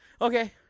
Okay